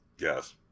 Yes